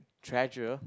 treasure